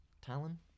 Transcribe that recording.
talon